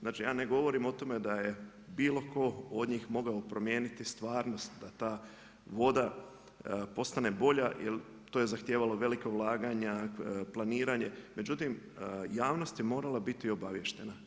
Znači ja ne govorim o tome da je bilo tko od njih mogao promijeniti stvarnost, da ta voda postane bolja jer to je zahtijevalo velika ulaganja, planiranje, međutim, javnost je morala biti obaviještena.